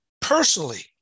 personally